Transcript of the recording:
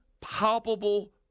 palpable